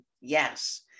Yes